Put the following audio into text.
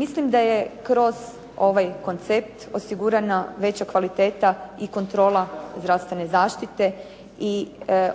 Mislim da je kroz ovaj koncept osigurana veća kvaliteta i kontrola zdravstvene zaštite i